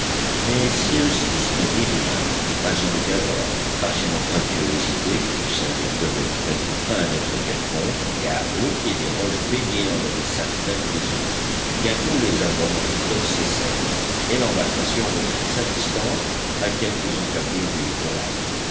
mais cyrus smith ne vit rien pas une caverne pas une anfractuosité qui pût servir de retraite à un être quelconque car le pied des roches baignait dans le ressac même des eaux bientôt les aboiements de top cessèrent et l'embarcation reprit sa distance à quelques encablures du littoral